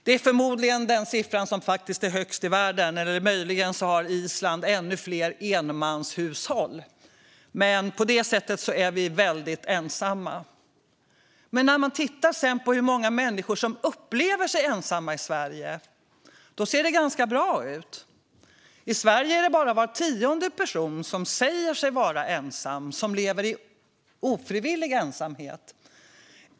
Det är förmodligen den högsta siffran i världen; möjligen har Island fler enmanshushåll. På det sättet är vi alltså väldigt ensamma. Tittar man sedan på hur många människor som upplever sig ensamma i Sverige ser man dock att det ser ganska bra ut. I Sverige är det bara var tionde person som säger sig vara ensam och leva i ofrivillig ensamhet.